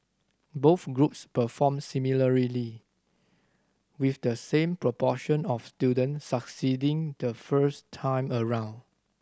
both groups performed similarly with the same proportion of student succeeding the first time around